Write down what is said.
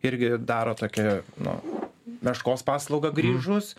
irgi daro tokią nu meškos paslaugą grįžus